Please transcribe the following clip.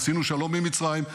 עשינו שלום עם מצרים,